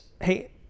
hey